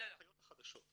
ההנחיות החדשות.